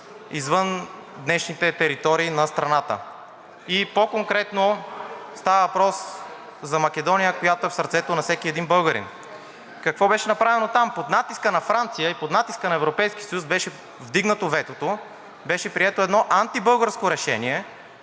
извън днешните територии на страната, и по-конкретно става въпрос за Македония, която е в сърцето на всеки един българин. Какво беше направено там? Под натиска на Франция и под натиска на Европейския съюз беше вдигнато ветото, беше прието едно антибългарско решение,